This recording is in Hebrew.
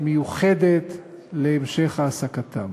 מיוחדת להמשך העסקתם.